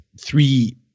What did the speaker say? three